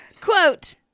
Quote